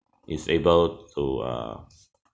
is able to err